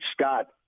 Scott